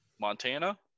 Montana